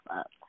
up